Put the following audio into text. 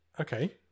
Okay